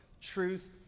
truth